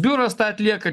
biuras tą atlieka